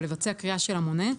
לבצע קריאה של המונה,